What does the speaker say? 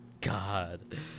God